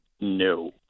no